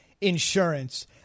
insurance